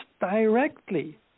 directly